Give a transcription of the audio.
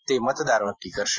એ મતદારો નક્કી કરશે